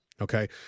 okay